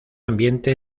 ambiente